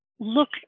look